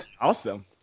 awesome